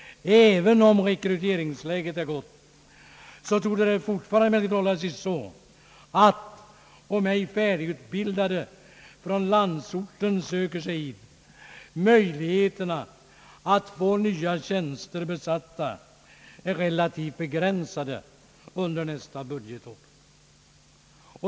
Även om rekryteringsläget är gott, torde det emellertid fortfarande förhålla sig så, att om ej färdigutbildade från landsorten söker sig hit, möjligheten att få nya tjänster besatta är re lativt begränsade under nästa budgetår.